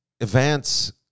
events